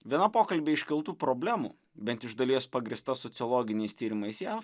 viena pokalbyje iškeltų problemų bent iš dalies pagrįsta sociologiniais tyrimais jav